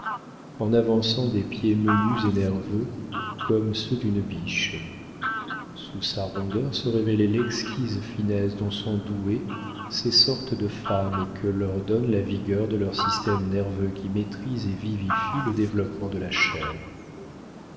en avançant des pieds menus et nerveux comme ceux d'une biche sous sa rondeur se révélait l'exquise finesse dont sont douées ces sortes de femmes et que leur donne la vigueur de leur système nerveux qui maîtrise et vivifie le développement de la chair